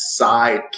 sidekick